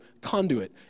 conduit